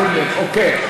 לא שמתם לב, אוקיי.